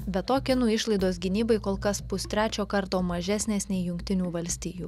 be to kinų išlaidos gynybai kol kas pustrečio karto mažesnės nei jungtinių valstijų